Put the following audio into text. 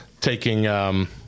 taking